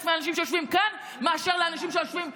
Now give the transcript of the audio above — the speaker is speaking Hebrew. מהאנשים שיושבים כאן מאשר לאנשים שיושבים שם,